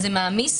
היום,